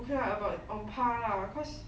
okay lah about on par lah because